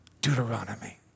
Deuteronomy